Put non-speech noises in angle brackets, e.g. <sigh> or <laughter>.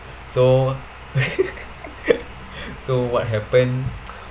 so <laughs> so what happen